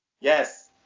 Yes